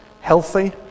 healthy